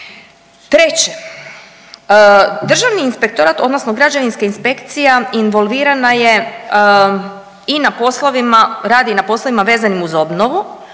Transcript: Treće, Državni inspektora odnosno građevinska inspekcija involvirana je i na poslovima, radi i na poslovima vezanim uz obnovu